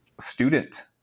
student